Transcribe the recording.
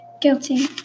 guilty